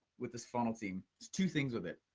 with this funnel team. there's two things with it.